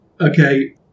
Okay